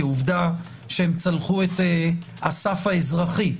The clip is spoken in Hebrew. כי עובדה שהם צלחו את הסף האזרחי.